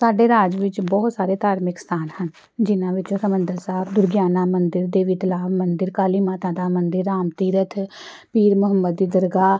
ਸਾਡੇ ਰਾਜ ਵਿੱਚ ਬਹੁਤ ਸਾਰੇ ਧਾਰਮਿਕ ਸਥਾਨ ਹਨ ਜਿਨ੍ਹਾਂ ਵਿੱਚੋਂ ਹਰਿਮੰਦਰ ਸਾਹਿਬ ਦੁਰਗਿਆਨਾ ਮੰਦਿਰ ਦੇ ਵਿਦਲਾਮ ਮੰਦਿਰ ਕਾਲੀ ਮਾਤਾ ਦਾ ਮੰਦਿਰ ਰਾਮ ਤੀਰਥ ਪੀਰ ਮੁਹੰਮਦ ਦੀ ਦਰਗਾਹ